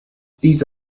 these